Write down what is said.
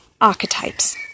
archetypes